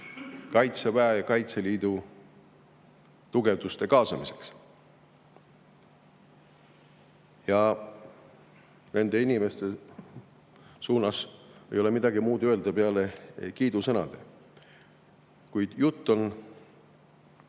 Kaitseväe ja Kaitseliidu tugevduste kaasamiseks. Ja nende inimeste kohta ei ole öelda midagi muud peale kiidusõnade. Kuid jutt on